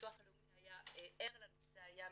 הביטוח הלאומי היה ער לנושא זה היה מצוין.